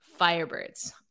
firebirds